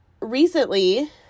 recently